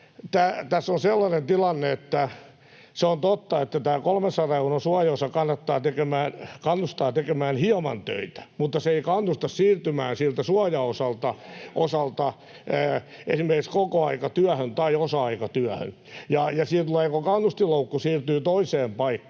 Tässä on sellainen tilanne, että se on totta, että tämä 300 euron suojaosa kannustaa tekemään hieman töitä, mutta se ei kannusta siirtymään siltä suojaosalta esimerkiksi kokoaikatyöhön tai osa-aikatyöhön. Siihen tulee kannustinloukku, se siirtyy toiseen paikkaan,